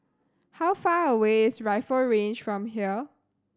how far away is Rifle Range from here